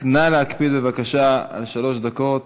רק נא להקפיד, בבקשה, על שלוש דקות